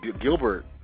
Gilbert